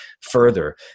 further